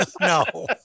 no